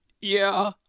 Yeah